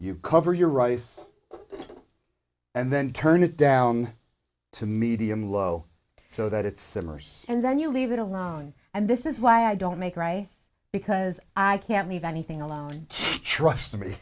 you cover your rice and then turn it down to medium low so that it simmers and then you leave it alone and this is why i don't make rice because i can't leave anything alone trust me